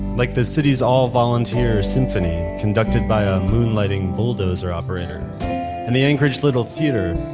like the city's all-volunteer symphony, conducted by ah a moonlighting bulldozer operator and the anchorage little theater,